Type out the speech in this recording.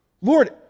Lord